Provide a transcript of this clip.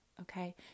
okay